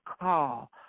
call